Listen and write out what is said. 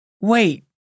Wait